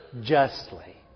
justly